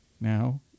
now